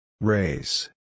Race